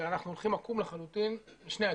שאנחנו הולכים עקום לחלוטין משני הכיוונים.